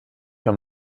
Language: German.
wenn